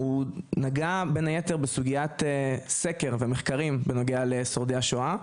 נגע בסוגייה של סקר ומחקרים בנוגע לשורדי השואה.